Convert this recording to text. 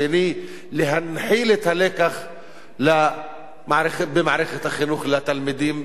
להנחיל את הלקח במערכת החינוך לתלמידים במדינת ישראל,